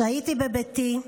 שהיתי בביתי,